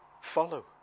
follow